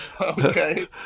okay